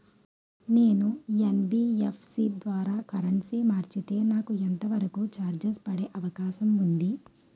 నేను యన్.బి.ఎఫ్.సి ద్వారా కరెన్సీ మార్చితే నాకు ఎంత వరకు చార్జెస్ పడే అవకాశం ఉంది?